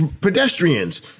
pedestrians